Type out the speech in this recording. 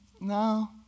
no